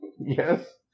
Yes